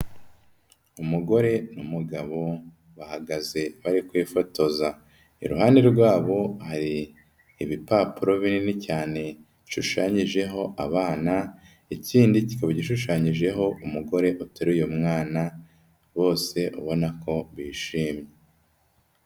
Umugore n'umugabo bahagaze bari kwifotoza, iruhande rwa bo hari ibipapuro binini cyane bishushanyijeho abana ikindi kikaba gishushanyijeho umugore uteruye mwana, bose ubona ko bishimye.